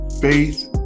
faith